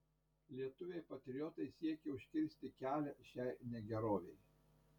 lietuviai patriotai siekė užkirsti kelią šiai negerovei